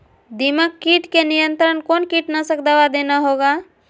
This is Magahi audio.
दीमक किट के नियंत्रण कौन कीटनाशक दवा देना होगा?